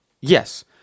Yes